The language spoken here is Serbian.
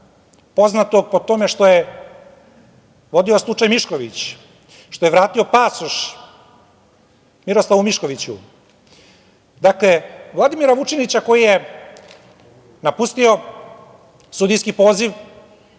poznatog po tome što je vodio slučaj Mišković, što je vratio pasoš Miroslavu Miškoviću. Dakle, Vladimira Vučinića koji je napustio sudijski poziv,